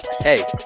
Hey